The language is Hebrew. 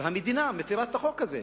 והמדינה מפירה את החוק הזה.